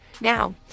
Now